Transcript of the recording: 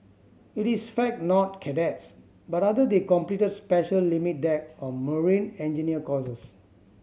it is fact not cadets but rather they completed special limit deck or marine engineer courses